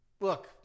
look